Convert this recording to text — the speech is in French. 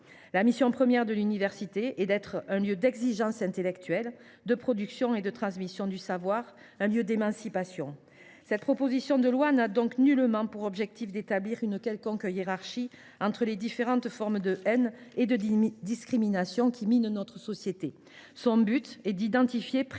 La mission première de l’université est d’être un lieu d’exigence intellectuelle, de production et de transmission du savoir, un lieu d’émancipation. Cette proposition de loi n’a donc nullement pour objectif d’établir une quelconque hiérarchie entre les différentes formes de haine et de discrimination qui minent notre société. Son but est d’identifier précisément